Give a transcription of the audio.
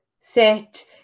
sit